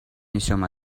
несем